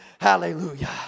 Hallelujah